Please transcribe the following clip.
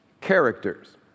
characters